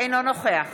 אינו נוכח